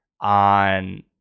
on